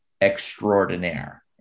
extraordinaire